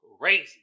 crazy